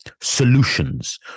solutions